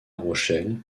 rochelle